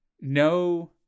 no